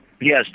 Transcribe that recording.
Yes